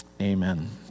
amen